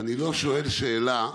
אני לא שואל שאלה.